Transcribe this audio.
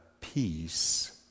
peace